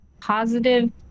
positive